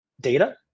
data